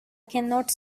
cannot